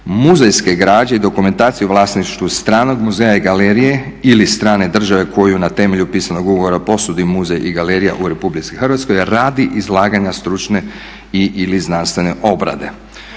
muzejske građe i dokumentacije u vlasništvu stranog muzeja i galerije ili strane države koju na temelju pisanog ugovora posudi muzej i galerija u RH radi izlaganja stručne i/ili znanstvene obrade.